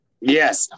Yes